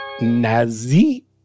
Nazi